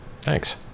Thanks